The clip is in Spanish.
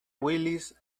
willis